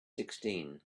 sixteen